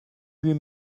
huit